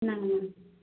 இந்தாங்க மேம்